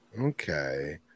okay